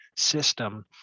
system